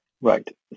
Right